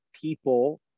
people